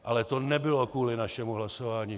Ale to nebylo kvůli našemu hlasování.